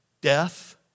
death